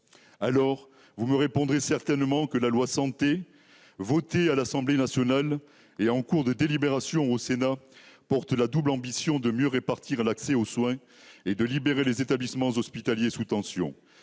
Alors, vous me répondrez certainement que la loi Santé, votée à l'Assemblée nationale et en cours de délibération au Sénat, porte la double ambition de mieux répartir l'accès aux soins et de libérer les établissements hospitaliers sous tension.